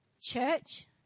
church